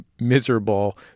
miserable